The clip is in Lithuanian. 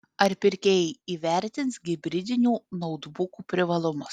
ar pirkėjai įvertins hibridinių noutbukų privalumus